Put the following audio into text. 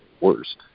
worse